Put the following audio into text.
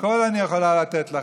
הכול אני יכולה לתת לך,